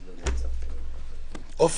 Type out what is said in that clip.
22. מי בעד ההסתייגות?